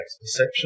perception